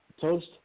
toast